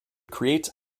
creates